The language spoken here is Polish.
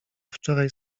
wczoraj